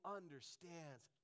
understands